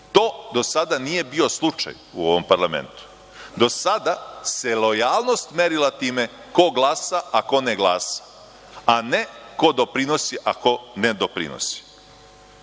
To do sada nije bio slučaj u ovom parlamentu. Do sada se lojalnost merila time ko glasa, a ko ne glasa, a ne ko doprinosi, a ko ne doprinosi. Samo